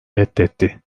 reddetti